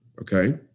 okay